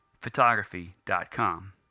photography.com